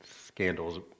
scandals